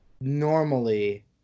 normally